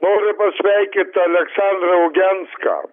noriu pasveikyt aleksandrą ugianską